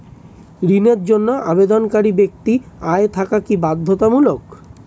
ঋণের জন্য আবেদনকারী ব্যক্তি আয় থাকা কি বাধ্যতামূলক?